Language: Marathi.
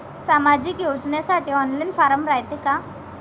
सामाजिक योजनेसाठी ऑनलाईन फारम रायते का?